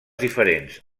diferents